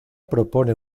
propone